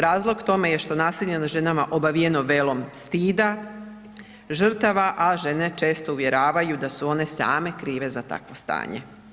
Razlog tome je što nasilje nad ženama obavijeno velom stida žrtava, a žene često uvjeravaju da su one same krive za takvo stanje.